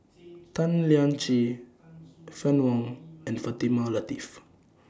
Tan Lian Chye Fann Wong and Fatimah Lateef